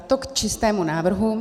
To k čistému návrhu.